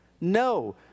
No